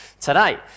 today